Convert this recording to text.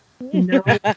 No